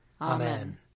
Amen